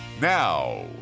Now